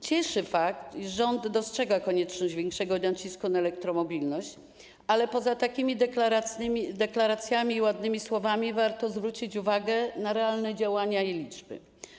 Cieszy fakt, iż rząd dostrzega konieczność większego nacisku na elektromobilność, ale poza deklaracjami i ładnymi słowami warto zwrócić uwagę na realne działania i liczby.